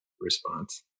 response